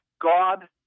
God